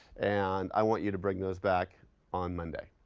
and i want you to bring those back on monday.